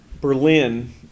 Berlin